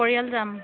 পৰিয়াল যাম